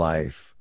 Life